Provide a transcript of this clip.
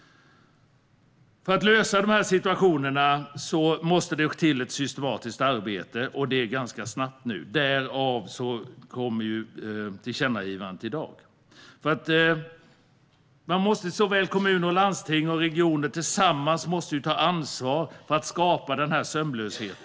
För att komma till rätta med situationen måste det till ett systematiskt arbete, och det ganska snabbt. Därav beslutas det om tillkännagivandet i dag. Såväl kommuner och landsting som regioner måste tillsammans ta ansvar för att skapa denna sömlöshet.